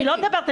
אני לא מדברת.